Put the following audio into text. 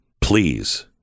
please